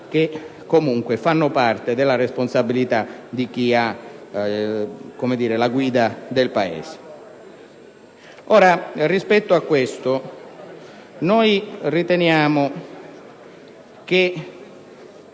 che, comunque, fa parte della responsabilità di chi ha la guida del Paese. Rispetto a questo, riteniamo che